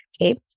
okay